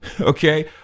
Okay